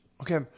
Okay